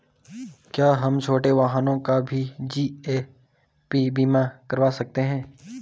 क्या हम छोटे वाहनों का भी जी.ए.पी बीमा करवा सकते हैं?